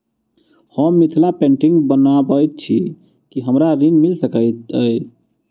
हम मिथिला पेंटिग बनाबैत छी की हमरा ऋण मिल सकैत अई?